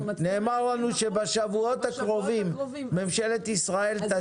נאמר לנו שבשבועות הקרובים ממשלת ישראל תציג.